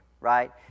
right